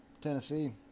Tennessee